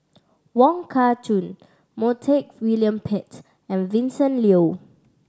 Wong Kah Chun Montague William Pett and Vincent Leow